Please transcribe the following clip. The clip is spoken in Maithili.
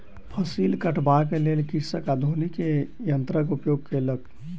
फसिल कटबाक लेल कृषक आधुनिक यन्त्रक उपयोग केलक